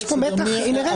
יש פה מתח אינהרנטי.